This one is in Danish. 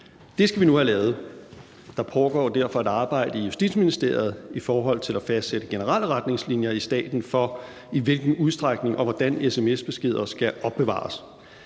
Det skal vi nu have lavet. Der pågår derfor et arbejde i Justitsministeriet i forhold til at fastsætte generelle retningslinjer i staten for, i hvilken udstrækning og hvordan sms-beskeder skal opbevares.